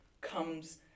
comes